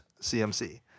CMC